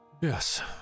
Yes